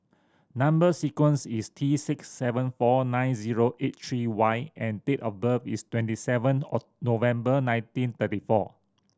number sequence is T six seven four nine zero eight three Y and date of birth is twenty seven November nineteen thirty four